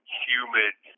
humid